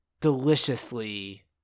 deliciously